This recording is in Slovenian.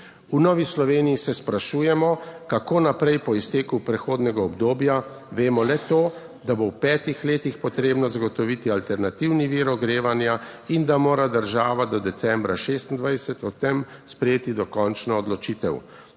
V Novi Sloveniji se sprašujemo, kako naprej po izteku prehodnega obdobja. Vemo le to, da bo v petih letih potrebno zagotoviti alternativni vir ogrevanja in da mora država do decembra 2026, o tem sprejeti dokončno odločitev.